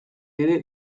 ere